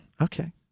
okay